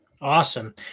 Awesome